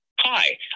Hi